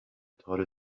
تار